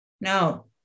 No